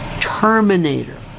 Terminator